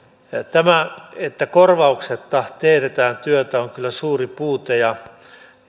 tämä että korvauksetta teetetään työtä on kyllä suuri puute